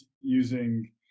using